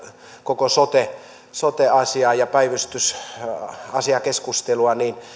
koko sote sote asiaa ja päivystysasiakeskustelua niin